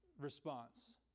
response